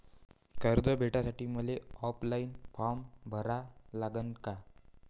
कर्ज भेटासाठी मले ऑफलाईन फारम भरा लागन का?